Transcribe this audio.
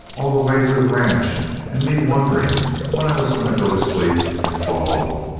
all the way to the ranch and me wondering when i was going to go to sleep and fall off.